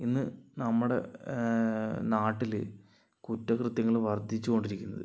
ഇന്ന് നമ്മുടെ നാട്ടില് കുറ്റകൃത്യങ്ങൾ വർദ്ധിച്ചോണ്ടിരിക്കുന്നത്